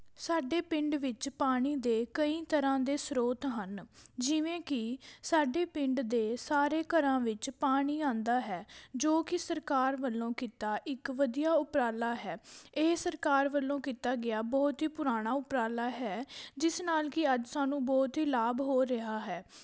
ਸਾਡੇ ਪਿੰਡ ਵਿੱਚ ਪਾਣੀ ਦੇ ਕਈ ਤਰ੍ਹਾਂ ਦੇ ਸਰੋਤ ਹਨ ਜਿਵੇਂ ਕਿ ਸਾਡੇ ਪਿੰਡ ਦੇ ਸਾਰੇ ਘਰਾਂ ਵਿੱਚ ਪਾਣੀ ਆਉਂਦਾ ਹੈ ਜੋ ਕਿ ਸਰਕਾਰ ਵੱਲੋਂ ਕੀਤਾ ਇੱਕ ਵਧੀਆ ਉਪਰਾਲਾ ਹੈ ਇਹ ਸਰਕਾਰ ਵੱਲੋਂ ਕੀਤਾ ਗਿਆ ਬਹੁਤ ਹੀ ਪੁਰਾਣਾ ਉਪਰਾਲਾ ਹੈ ਜਿਸ ਨਾਲ ਕਿ ਅੱਜ ਸਾਨੂੰ ਬਹੁਤ ਹੀ ਲਾਭ ਹੋ ਰਿਹਾ ਹੈ